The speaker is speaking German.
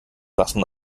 waffen